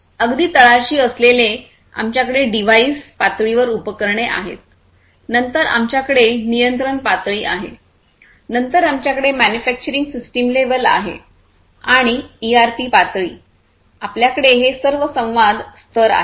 अगदी तळाशी असलेले आमच्याकडे डिव्हाइस पातळीवर उपकरणे आहेत नंतर आमच्याकडे नियंत्रण पातळी आहे नंतर आमच्याकडे मॅन्युफॅक्चरिंग सिस्टम लेव्हल आहे आणि ईआरपी पातळी आपल्याकडे हे सर्व संवाद स्तर आहेत